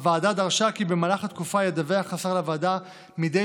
הוועדה דרשה כי במהלך התקופה ידווח השר לוועדה מדי